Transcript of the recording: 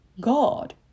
God